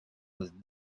with